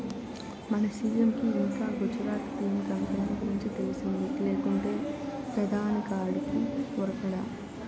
మన సీ.ఎం కి ఇంకా గుజరాత్ టీ కంపెనీ గురించి తెలిసింది లేకుంటే పెదాని కాడికి ఉరకడా